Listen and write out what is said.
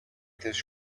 this